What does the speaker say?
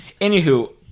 Anywho